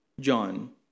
John